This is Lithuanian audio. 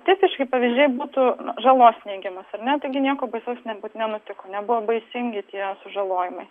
tipiški pavyzdžiai būtų žalos neigimas ar ne taigi nieko baisaus nebūtų nenutiko nebuvo baisingi tie sužalojimai